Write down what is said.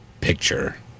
picture